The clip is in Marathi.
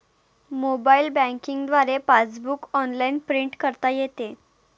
मोबाईल बँकिंग द्वारे पासबुक ऑनलाइन प्रिंट करता येते